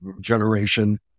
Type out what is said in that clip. generation